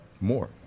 more